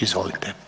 Izvolite.